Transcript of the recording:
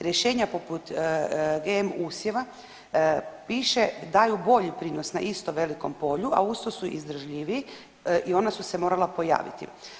Rješenja poput GM usjeva, piše daju bolji prinos na isto velikom polju, a usto su izdržljiviji i ona su se morala pojavit.